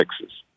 fixes